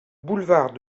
boulevard